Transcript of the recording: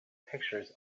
pictures